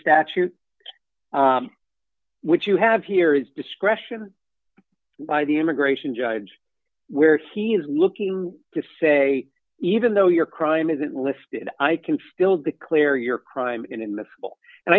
statute which you have here is discretion by the immigration judge where he is looking to say even though your crime isn't lifted i can fill declare your crime in